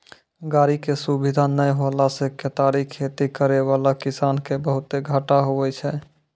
गाड़ी के सुविधा नै होला से केतारी खेती करै वाला किसान के बहुते घाटा हुवै छै